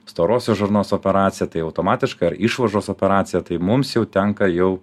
storosios žarnos operacija tai automatiškai ar išvaržos operacija tai mums jau tenka jau